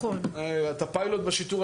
את הפיילוט בשיטור העירוני התחלנו ב-2010.